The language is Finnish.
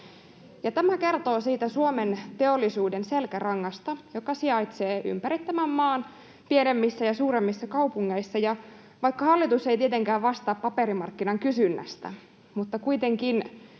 Tämä kertoo siitä Suomen teollisuuden selkärangasta, joka sijaitsee ympäri tämän maan pienemmissä ja suuremmissa kaupungeissa, ja vaikka hallitus ei tietenkään vastaa paperimarkkinan kysynnästä, niin kuitenkin